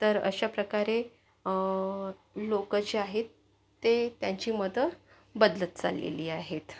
तर अशा प्रकारे लोकं जे आहेत ते त्यांची मतं बदलत चाललेली आहेत